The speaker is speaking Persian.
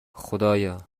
خدایا